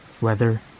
weather